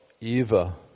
Eva